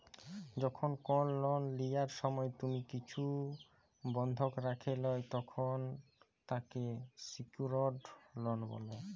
যখল কল লন লিয়ার সময় তুমি কিছু বনধক রাখে ল্যয় তখল তাকে স্যিক্যুরড লন বলে